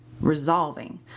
resolving